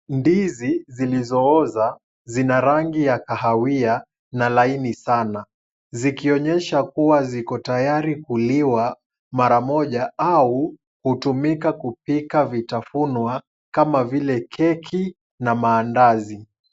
Ndizi zilizooza zina rangi ya kahawia na laini sana, zikionyesha kuwa ziko tayari kuliwa mara moja, au kupikwa vitafunwa kama vile keki na maandazi .